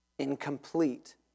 Incomplete